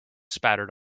spattered